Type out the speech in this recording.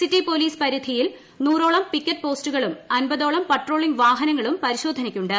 city police പരിധിയിൽ നൂറോളം picket പോസ്റ്റുകളും അമ്പതോളം പട്രോളിംഗ് വാഹനങ്ങളും പരിശോധനക്ക് ഉണ്ട്